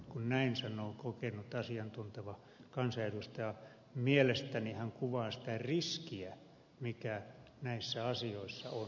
kun näin sanoo kokenut asiantunteva kansanedustaja mielestäni hän kuvaa sitä riskiä mikä näissä asioissa on